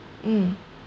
mm